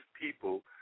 people